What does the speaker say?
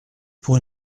pour